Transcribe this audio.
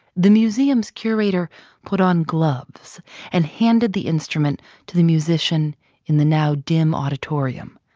the museum's curator put on gloves and handed the instrument to the musician in the now dim auditorium,